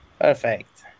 perfect